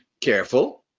careful